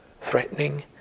threatening